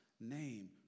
name